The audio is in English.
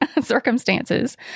circumstances